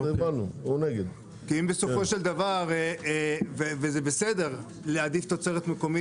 שלום, אני